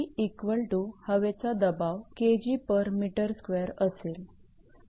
𝑝 हवेचा दबाव असेल